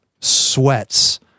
sweats